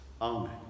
Amen